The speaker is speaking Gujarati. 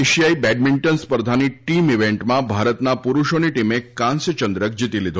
એશિયાઈ બેડમિન્ટન સ્પર્ધાની ટીમ ઈવેન્ટમાં ભારતના પુરુષોની ટીમે કાંસ્ય ચંદ્રક જીતી લીધો હતો